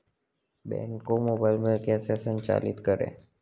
Bank को mobile में कैसे संचालित करें?